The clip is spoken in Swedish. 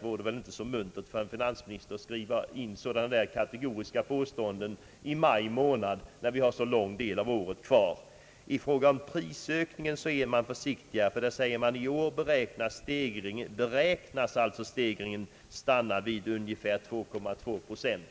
vore det väl inte så muntert för en finansminister att skriva in sådana kategoriska påståenden i maj månad, när så lång del av året är kvar. I fråga om prisökningen är man försiktigare och säger att stegringen i år beräknas stanna vid ungefär 2,2 procent.